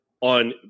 on